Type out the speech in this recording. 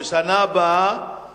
שבשנה הבאה